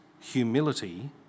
humility